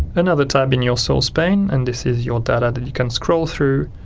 another tab in your source pane and this is your data that you can scroll through,